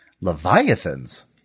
Leviathans